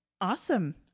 Awesome